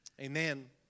amen